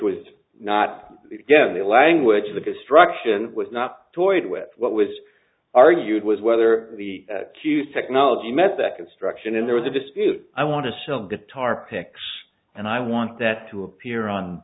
was not in the language of the construction was not toyed with what was argued was whether the accused technology met that construction in there was a dispute i want to show guitar picks and i want that to appear on